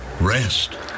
Rest